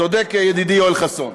צודק ידידי יואל חסון.